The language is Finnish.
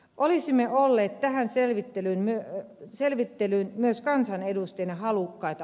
olisimme olleet tähän selvittelyyn myös kansanedustajina halukkaita osallistumaan